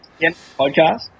podcast